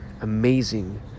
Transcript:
amazing